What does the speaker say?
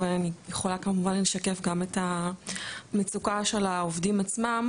אבל כמובן שאני יכולה לשקף גם את המצוקה של העובדים עצמם,